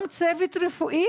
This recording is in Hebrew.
גם צוות רפואי